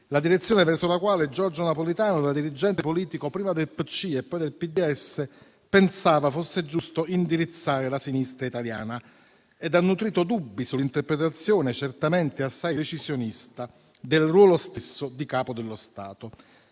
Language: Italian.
la direzione verso la quale Giorgio Napolitano, da dirigente politico prima del PCI e poi del PDS, pensava fosse giusto indirizzare la sinistra italiana e ha nutrito dubbi sull'interpretazione certamente assai decisionista del ruolo stesso di Capo dello Stato.